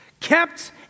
Kept